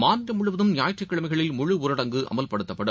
மாநிலம் முழுவதும் ஞாயிற்றுக்கிழமைகளில் முழு ஊரடங்கு அமல்படுத்தப்படும்